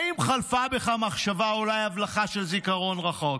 האם חלפה בך מחשבה, אולי הבלחה של זיכרון רחוק,